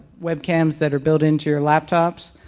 web cams that are built into your laptops.